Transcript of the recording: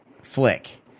flick